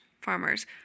farmers